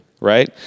right